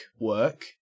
work